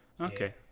Okay